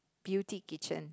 beauty kitchen